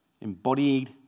Embodied